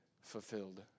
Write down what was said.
fulfilled